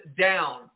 down